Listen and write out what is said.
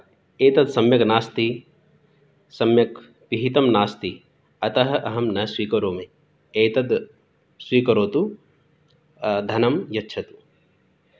एतद् सम्यक् नास्ति सम्यक् पिहितं नास्ति अतः अहं न स्वीकरोमि एतद् स्वीकरोतु धनं यच्छतु